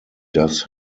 does